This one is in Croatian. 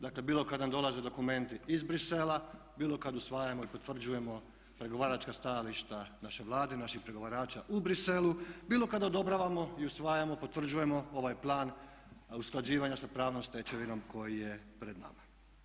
Dakle, bilo kad nam dolaze dokumenti iz Bruxellesa, bilo kad usvajamo i potvrđujemo pregovaračka stajališta naše Vlade, naših pregovarača u Bruxellesu, bilo kad odobravamo i usvajamo, potvrđujemo ovaj Plan usklađivanja sa pravnom stečevinom koji je pred nama.